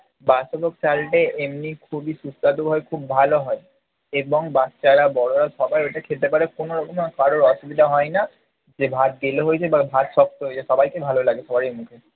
বাদশাহভোগ চালটা এমনি খুবই সুস্বাদু হয় খুব ভালো হয় এবং বাচ্চারা বড়রা সবাই ওইটা খেতে পারে কোনোরকমের কারোর অসুবিধা হয় না যে ভাত গিলো হয়েছে বা ভাত শক্ত হয়েছে সবাইকে ভালো লাগে সবারই মুখে